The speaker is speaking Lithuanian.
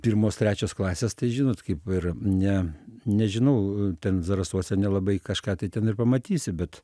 pirmos trečios klasės tai žinot kaip ir ne nežinau ten zarasuose nelabai kažką tai ten ir pamatysi bet